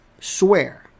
swear